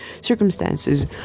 circumstances